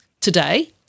today